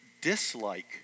dislike